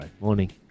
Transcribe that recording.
Morning